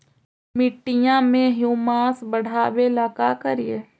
मिट्टियां में ह्यूमस बढ़ाबेला का करिए?